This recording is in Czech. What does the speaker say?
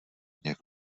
jak